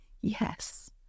yes